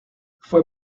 fue